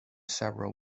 several